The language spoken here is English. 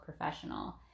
professional